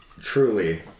truly